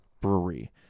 brewery